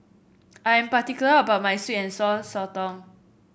I am particular about my sweet and Sour Sotong